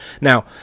Now